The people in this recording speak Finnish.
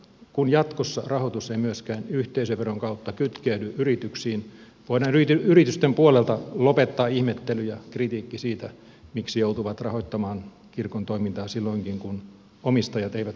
kun jatkossa rahoitus ei myöskään yhteisöveron kautta kytkeydy yrityksiin voidaan yritysten puolelta lopettaa ihmettely ja kritiikki siitä miksi ne joutuvat rahoittamaan kirkon toimintaa silloinkin kun omistajat eivät kuulu kirkkoon